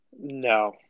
No